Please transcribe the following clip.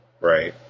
right